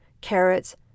carrots